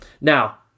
Now